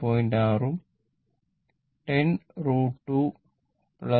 6 ഉം 10 2 √ 8